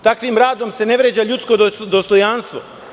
Takvim radom se ne vređa ljudsko dostojanstvo.